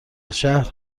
شهر